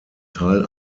teil